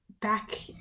back